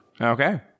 Okay